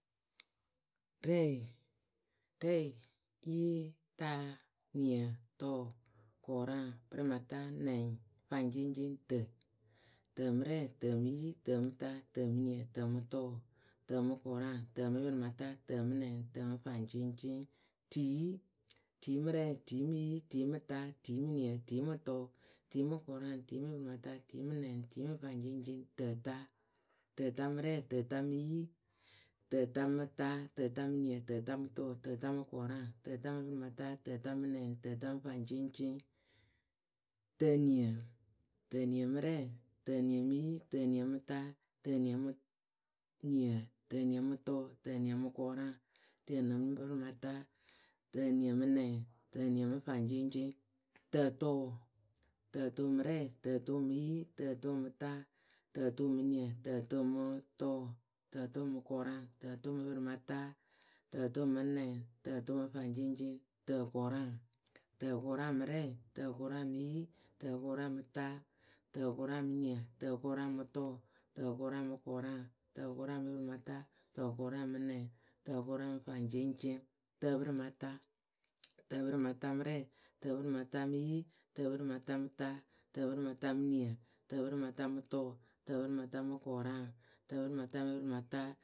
rɛɩ, rɛɩ, yii, taa, niǝ, tʊʊ, kʊraŋ, pɨrɩmata, nɛŋ faŋceŋceŋ, tǝ, tǝ mɨ rɛɩ tǝ mɨ yi, tǝ mɨ ta, tǝ mɨ niǝ, tǝ mɨ tʊʊ tǝ mɨ kʊraŋ, tǝ mɨ pǝrɩmata, tǝ mɨ nɛŋ, tǝ mɨ faŋceŋceŋ, tiyi, tii mɨ rɛɩ, tii mɨ yi, tii mɨ ta, tii mɨ niǝ, tii mɨ tʊʊ, tii mɨ kʊraŋ, tii mɨ pɨrɩmata, tii mɨ nɛŋ, tii mɨ faŋceŋceŋ, tǝta, tǝta mɨ rɛɩ, tǝta mɨ yi, tǝta mɨ ta, tǝta mɨ niǝ, tǝta mɨ tʊʊ, tǝta mɨ kʊraŋ tǝta mɨ pɨrɩmata, tǝta mɨ nɛŋ, tǝta mɨ faŋceŋceŋ. tǝniǝ, tǝniǝ mɨ rɛɩ, tǝniǝ mɨ yi, tǝniǝ mɨ ta, tǝniǝ mɨ, niǝ, tǝniǝ mǝ tʊʊ, tǝniǝ mɨ kʊraŋ, tǝniǝ mɨ pɨrɩmata, tǝniǝ mɨ nɛŋ, tǝniǝ mɨ faŋceŋceŋ, tǝtʊʊ, tǝtʊʊ mɨ rɛɩ, tǝtʊʊ mɨ yi, tǝtʊʊ mɨ ta, tǝtʊʊ mɨ niǝ, tǝtʊʊ mɨ tʊʊ, tǝtʊʊ mɨ kʊraŋ, tǝtʊʊ mɨ pɨrɩmata. tǝtʊʊ mɨ nɛŋ, tǝtʊʊ mɨ faŋceŋceŋ, tǝkʊraŋ, tǝkʊraŋ mɨ rɛɩ, tǝkʊraŋ mɨ yi, tǝkʊraŋ mɨ ta. tǝkʊraŋ mɨ niǝ tǝkʊraŋ mɨ tʊʊ, tǝkʊraŋ mɨ kʊraŋ, tǝkʊraŋ mɨ pɨrɩmata, tǝkʊraŋ mɨ nɛŋ, tǝkʊraŋ mɨ faŋceŋceŋ, tǝpɨrɩmata, tǝpɨrɩmata mɨ rɛɩ, tǝpɨrɩmata mɨ yi, tǝpɨrɩmata mɨ ta. tǝpɨrɩmata mɨ niǝ, tǝpɨrɩmata mɨ tʊʊ, tǝpɨrɩmata mɨ kʊraŋ, tǝpɨrɩmata mɨ pɨrɩmata.